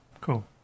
cool